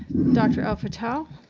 dr. el fattal?